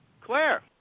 Claire